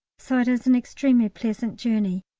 so it is an extremely pleasant journey,